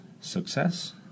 Success